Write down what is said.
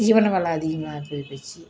தீவன வில அதிகமாகி போச்சு